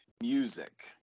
music